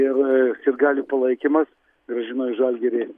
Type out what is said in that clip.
ir sirgalių palaikymas grąžino į žalgirį